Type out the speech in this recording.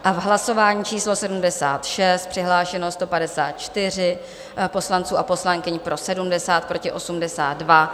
V hlasování číslo 76 přihlášeno 154 poslanců a poslankyň, pro 70, proti 82.